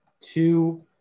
two